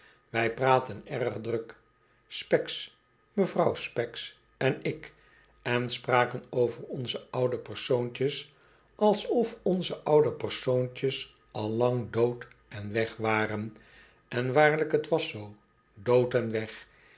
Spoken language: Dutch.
wij praatten erg druk specks mevrouw specks en ik en spraken over onze oude persoontjes alsof onze oude persoontjes al lang dood en weg waren en waarlijk t was zoo dood en weg